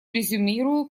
резюмирую